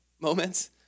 moments